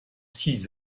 six